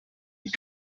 die